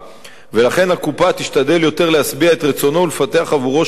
ולכן הקופה תשתדל יותר להשביע את רצונו ולפתח בעבורו שירותים,